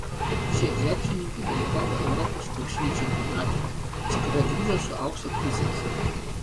šie krepšininkai dalyvavo europos krepšinio čempionate iš kurio grįžo su aukso prizais